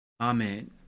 Amen